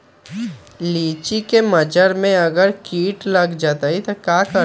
लिचि क मजर म अगर किट लग जाई त की करब?